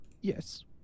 yes